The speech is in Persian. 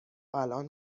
الان